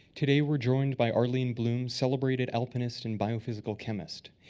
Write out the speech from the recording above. today we're joined by arlene blum, celebrated aplinist and biophysical chemist.